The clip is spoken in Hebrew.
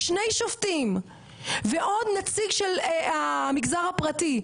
שני שופטים ועוד נציג של המגזר הפרטי,